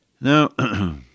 Now